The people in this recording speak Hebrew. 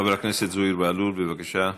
חבר הכנסת זוהיר בהלול, בבקשה.